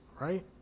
right